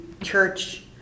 church